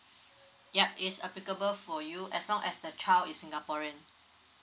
ya it's applicable for you as long as the child is singaporean